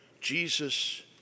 Jesus